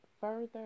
further